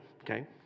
okay